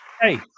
Hey